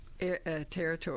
territory